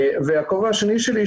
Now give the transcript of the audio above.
הכובע השני שלי,